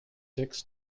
six